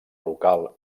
local